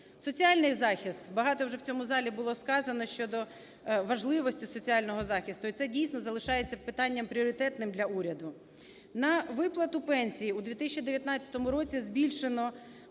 Соціальний захист. Багато вже в цьому залі було сказано щодо важливості соціального захисту. І це, дійсно, залишається питанням пріоритетним для уряду. На виплату пенсій у 2019 році збільшено